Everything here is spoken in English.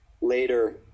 later